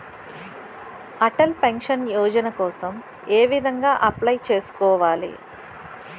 Atal pension Yojana కోసం ఏ విధంగా అప్లయ్ చేసుకోవాలి?